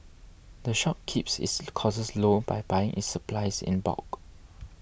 the shop keeps its costs low by buying its supplies in bulk